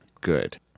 good